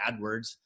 AdWords